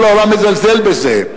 כל העולם מזלזל בזה.